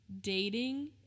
dating